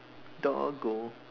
dog go